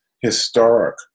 historic